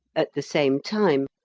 at the same time,